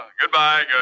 goodbye